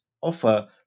offer